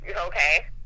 Okay